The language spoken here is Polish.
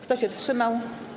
Kto się wstrzymał?